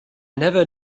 never